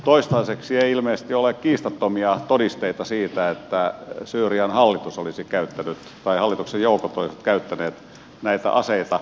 toistaiseksi ei ilmeisesti ole kiistattomia todisteita siitä että syyrian hallituksen joukot olisivat käyttäneet näitä aseita